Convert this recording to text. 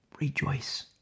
rejoice